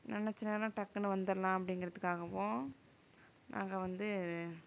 நினைச்ச நேரம் டக்குனு வந்துடலாம் அப்படிங்கிறதுக்காகவும் நாங்கள் வந்து